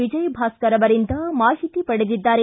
ವಿಜಯಭಾಸ್ಗರ್ ಅವರಿಂದ ಮಾಹಿತಿ ಪಡೆದಿದ್ದಾರೆ